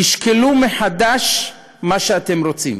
תשקלו מחדש מה שאתם רוצים.